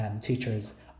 teachers